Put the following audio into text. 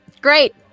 Great